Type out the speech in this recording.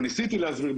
או ניסיתי להסביר,